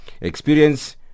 experience